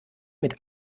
mit